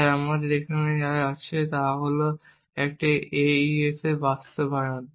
তাই আমাদের এখানে যা আছে তা হল একটি AES বাস্তবায়ন